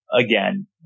Again